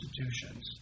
institutions